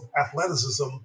athleticism